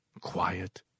quiet